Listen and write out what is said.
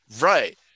right